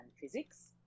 physics